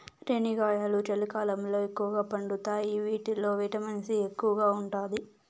రేణిగాయాలు చలికాలంలో ఎక్కువగా పండుతాయి వీటిల్లో విటమిన్ సి ఎక్కువగా ఉంటాది